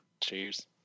Cheers